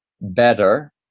better